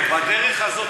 אבל בדרך הזאת,